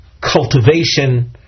cultivation